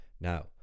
Now